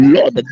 Lord